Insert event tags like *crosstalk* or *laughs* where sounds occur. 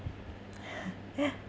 *laughs*